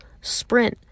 Sprint